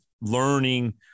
learning